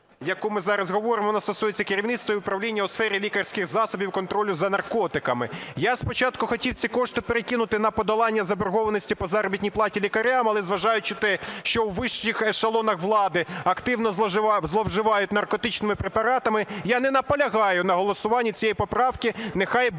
яку ми зараз говоримо, вона стосується керівництва і управління у сфері лікарських засобів контролю за наркотиками. Я спочатку хотів ці кошти перекинути на подолання заборгованості по заробітній платі лікарям, але, зважаючи на те, що у вищих ешелонах влади активно зловживають наркотичними препаратами, я не наполягаю на голосуванні цієї поправки, нехай борються